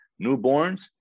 newborns